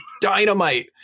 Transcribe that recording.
dynamite